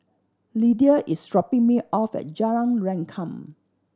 Lidia is dropping me off at Jalan Rengkam